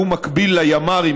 שהוא מקביל לימ"רים,